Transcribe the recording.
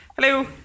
Hello